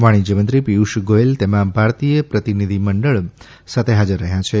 વાણીજયમંત્રી પિયુષ ગોયલ તેમાં ભારતીય પ્રતિનિધિમંડળ સાથે હાજર રહ્યા છે